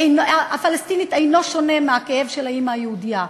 אינו שונה מהכאב של האימא היהודייה.